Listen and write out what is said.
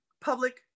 public